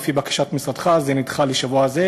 לפי בקשת משרדך זה נדחה לשבוע הזה,